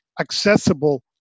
accessible